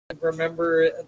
remember